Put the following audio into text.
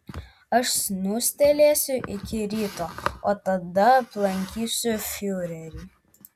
aš snustelėsiu iki ryto o tada aplankysiu fiurerį